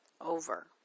over